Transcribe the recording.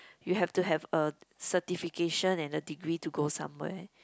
you have to have a certification and a degree to go somewhere